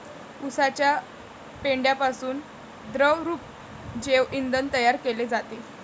उसाच्या पेंढ्यापासून द्रवरूप जैव इंधन तयार केले जाते